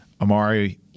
Amari